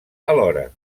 alhora